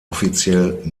offiziell